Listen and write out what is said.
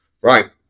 Right